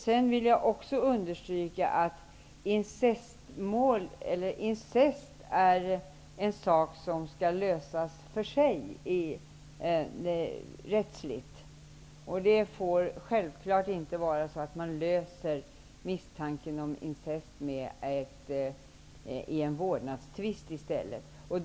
Jag vill även understryka att incest är en sak som skall lösas för sig i rättsliga sammanhang. Självklart får man inte lösa frågan om incest genom en vårdnadstvist.